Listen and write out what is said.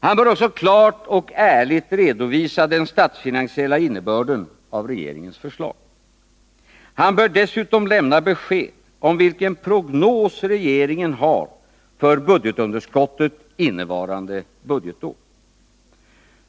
Han bör också klart och ärligt redovisa den statsfinansiella innebörden av regeringens förslag. Han bör dessutom lämna besked om vilken prognos regeringen har för budgetunderskottet innevarande budgetår.